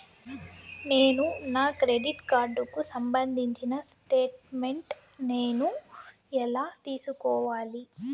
నేను నా క్రెడిట్ కార్డుకు సంబంధించిన స్టేట్ స్టేట్మెంట్ నేను ఎలా తీసుకోవాలి?